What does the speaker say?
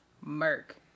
Merc